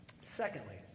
Secondly